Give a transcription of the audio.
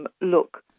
look